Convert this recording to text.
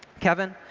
kevin.